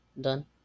done